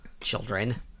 children